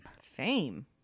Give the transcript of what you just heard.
Fame